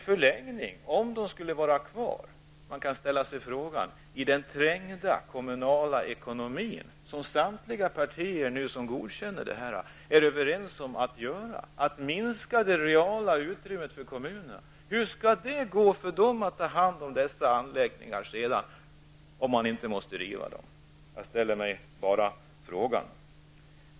Hur skall den trängda kommunala ekonomin som samtliga partier är överens om att genomföra -- att minska det reala utrymmet för kommunerna -- kunna ta hand om dessa anläggningar? Man kanske måste riva dem. Jag ställer bara frågan.